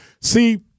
See